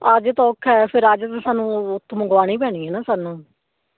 ਅੱਜ ਤਾਂ ਔਖਾ ਹੈ ਫਿਰ ਅੱਜ ਤਾਂ ਸਾਨੂੰ ਉੱਥੋਂ ਮੰਗਵਾਉਣੀ ਪੈਣੀ ਹੈ ਨਾ ਸਾਨੂੰ